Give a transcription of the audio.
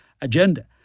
agenda